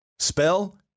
Spell